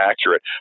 accurate